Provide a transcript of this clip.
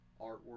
artwork